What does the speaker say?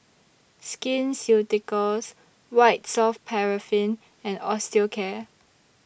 Skin Ceuticals White Soft Paraffin and Osteocare